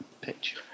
pitch